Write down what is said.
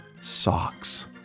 Socks